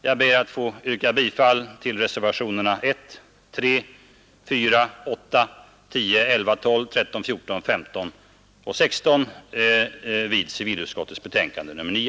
Jag ber att få yrka bifall till reservationerna 1 a, 3, 4,8 a, 10, 11 a, 12, 13, 14, 15 och 16 vid civilutskottets betänkande nr 9.